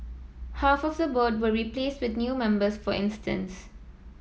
half of the board were replaced with new members for instance